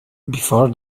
before